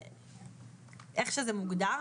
איך שזה מוגדר,